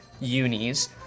unis